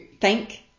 thank